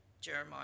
Jeremiah